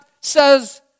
says